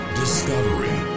discovery